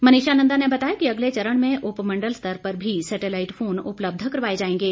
मनीषा नंदा ने बताया कि अगले चरण में उपमंडल स्तर पर भी सैटेलाईट फोन उपलब्ध करवाए जाएंगे